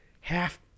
half